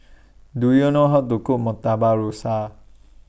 Do YOU know How to Cook Murtabak Rusa